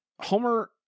Homer